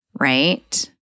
Right